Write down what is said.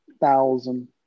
thousand